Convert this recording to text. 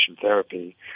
therapy